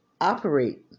operate